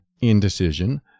indecision